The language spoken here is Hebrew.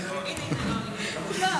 שר המשפטים יריב לוין: תודה רבה, אדוני היושב-ראש.